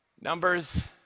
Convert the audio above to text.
Numbers